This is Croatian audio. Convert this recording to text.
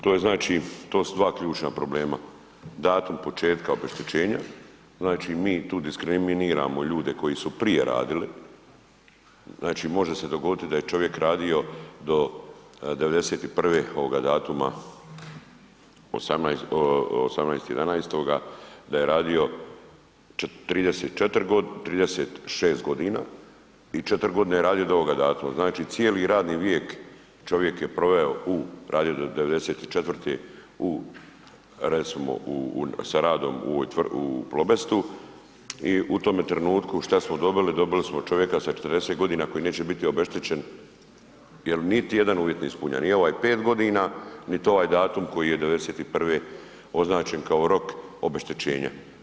To je znači, to su dva ključna problema, datum početka obeštećenja, znači mi tu diskriminiramo ljude koji su prije radili, znači može se dogoditi da je čovjek radio do '91. ovoga datuma 18.11., da je radio 36.g. i 4.g. je radio do ovoga datuma, znači cijeli radni vijek čovjek je proveo u, radio je do '94. u recimo u, sa radom u Plobestu i u tome trenutku šta smo dobili, dobili smo čovjeka sa 40.g. koji neće biti obeštećen jel niti jedan uvjet ne ispunja, ni ovaj 5.g., nit ovaj datum koji je '91. označen kao rok obeštećenja.